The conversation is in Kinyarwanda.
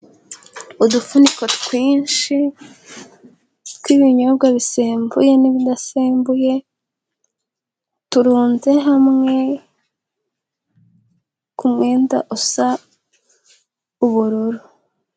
Udufuniko twinshi tw'ibinyobwa bisembuye n'ibidasembuye, turunze hamwe ku mwenda usa ubururu.